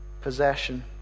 possession